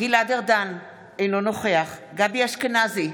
גלעד ארדן, אינו נוכח גבי אשכנזי,